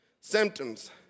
symptoms